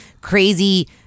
crazy